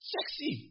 Sexy